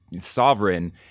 sovereign